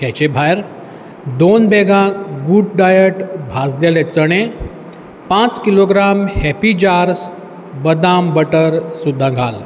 हेचे भायर दोन बॅगां गूड डायट भाजलेले चणे पांच किलोग्राम हॅपी जार्ज बदाम बटर सुद्दां घाल